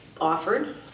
offered